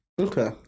Okay